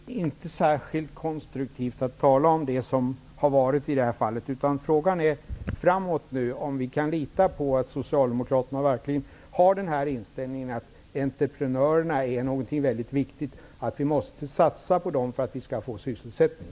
Herr talman! Det är inte särskilt konstruktivt att tala om det som har varit. Frågan är om vi kan lita på att socialdemokraterna i framtiden verkligen kommer att ha denna inställning att entreprenörer är något viktigt. Vi måste satsa på dem för att få sysselsättning.